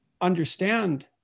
understand